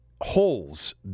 holes